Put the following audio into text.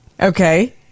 Okay